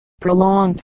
prolonged